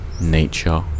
nature